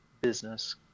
business